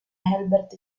herbert